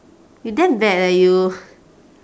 you damn bad leh you